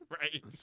Right